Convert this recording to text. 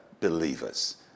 believers